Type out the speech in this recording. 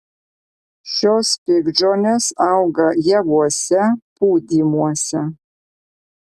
šios piktžolės auga javuose pūdymuose